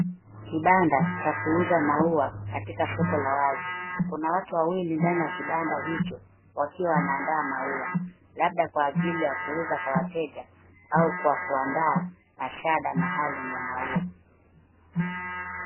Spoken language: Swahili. Kibanda cha kuuza maua katika soko la wazi. Kuna watu wawili ndani ya kibanda hicho wakiwa wanaandaa maua labda kwa ajili ya kuuza kwa wateja au kwa kuandaa mashada maalum ya maua.